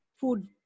food